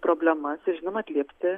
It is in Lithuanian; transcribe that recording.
problemas ir žinoma atliepti